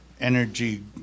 energy